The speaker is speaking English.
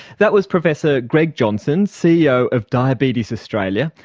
that was professor greg johnson, ceo of diabetes australia,